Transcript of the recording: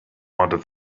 wanted